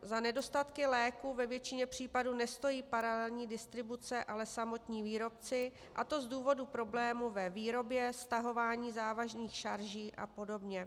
Za nedostatky léků ve většině případů nestojí paralelní distribuce, ale samotní výrobci, a to z důvodu problémů ve výrobě, stahování závažných šarží a podobně.